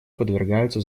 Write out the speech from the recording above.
подвергаются